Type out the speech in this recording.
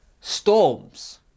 Storms